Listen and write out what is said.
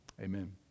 Amen